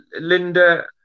Linda